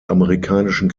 amerikanischen